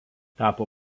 tapo